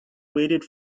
waited